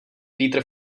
vítr